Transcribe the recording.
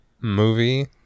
movie